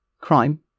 crime